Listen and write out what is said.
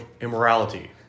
immorality